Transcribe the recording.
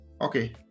okay